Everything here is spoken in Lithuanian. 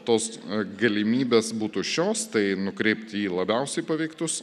tos galimybės būtų šios tai nukreipti į labiausiai paveiktus